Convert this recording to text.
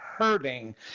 hurting